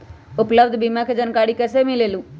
उपलब्ध बीमा के जानकारी कैसे मिलेलु?